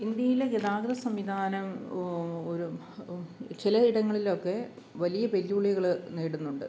ഇന്ത്യയിലെ ഗതാഗത സംവിധാനം ഒരു ചില ഇടങ്ങളിലൊക്കെ വലിയ വെല്ലുവിളികൾ നേരിടുന്നുണ്ട്